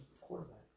quarterback